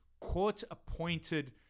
Court-appointed